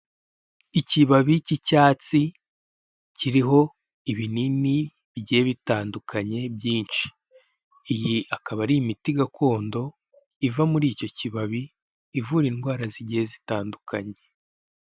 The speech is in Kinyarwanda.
Ikibabi cy'icyatsi, kiriho ibinini bigiye bitandukanye, byinshi. Iyi ikaba ari imiti gakondo iva muri icyo kibabi, ivura indwara zigiye zitandukanye.